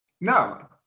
No